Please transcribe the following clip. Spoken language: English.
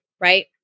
right